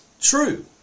true